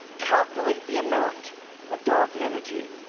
calculate the amount of dark energy.